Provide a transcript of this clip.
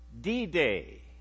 D-Day